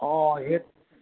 অঁ সেই